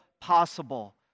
possible